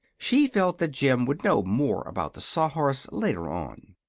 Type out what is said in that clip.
she felt that jim would know more about the saw-horse later on.